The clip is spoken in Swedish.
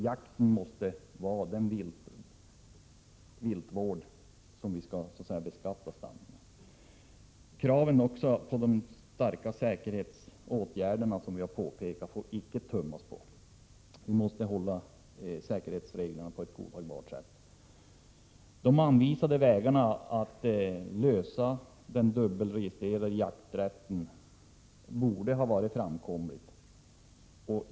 Jakten måste vara den viltvård som vi skall beskatta stammen med. Våra krav på starka säkerhetsåtgärder får det icke tummas på. Vi måste hålla fast vid säkerhetsreglerna på ett godtagbart sätt. De anvisade vägarna för att lösa problemen med den dubbelregistrerade jakträtten borde ha varit framkomliga.